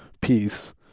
peace